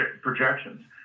projections